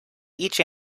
each